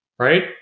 right